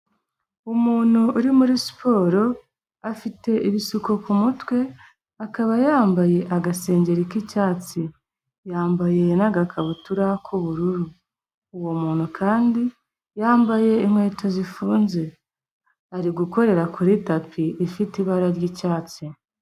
Umuntu uri muri siporo, afite ibisuko ku mutwe, akaba yambaye agasenge k'icyatsi. Yambaye n'agakabutura k'ubururu. Uwo muntu kandi, yambaye inkweto zifunze. Ari gukorera kuri tapi, ifite ibara ry'icyatsi.